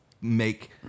make